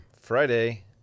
Friday